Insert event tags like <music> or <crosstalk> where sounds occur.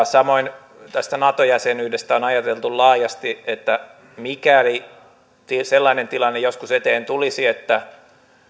<unintelligible> samoin tästä nato jäsenyydestä on ajateltu laajasti että mikäli sellainen tilanne joskus eteen tulisi että